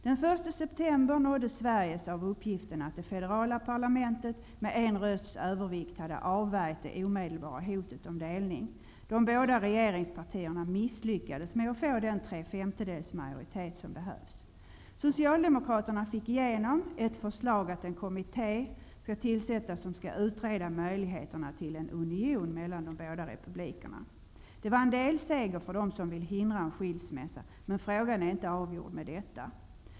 Den 1 september nåddes Sverige av uppgiften att det federala parlamentet med en rösts övervikt hade avvärjt det omdelbara hotet om delning. De båda regeringspartierna misslyckades med att få den tre femtedels majoritet som behövs. Socialdemokraterna fick igenom ett förslag att en kommitte skall tillsättas med uppgift att utreda möjligheterna till en union mellan de båda republikerna. Det var en delseger för dem som vill hindra en skilsmässa, men frågan är inte avgjord genom detta.